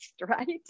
right